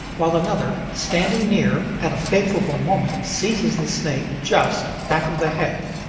while another, standing near, at a favorable moment seizes the snake just, back of the head.